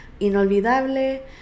Inolvidable